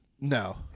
No